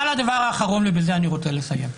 הדבר האחרון, ובזה אני רוצה לסיים.